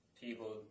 people